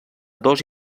dos